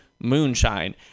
moonshine